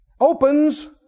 opens